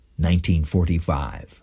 1945